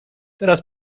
teraz